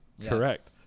Correct